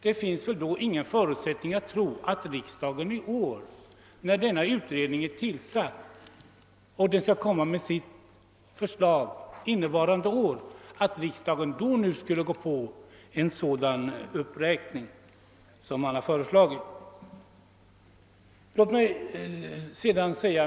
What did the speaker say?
Det finns därför ingen anledning att tro att riksdagen i år skulle gå med på en sådan uppräkning, när nu den nämnda utredningen har tillsatts och skall avge sitt förslag detta år.